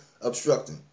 obstructing